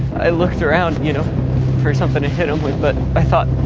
i looked around you know for something to hit him with, but i thought.